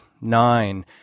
nine